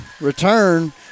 return